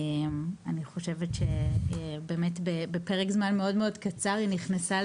אני חושבת שבפרק זמן מאוד מאוד קצר היא נכנסה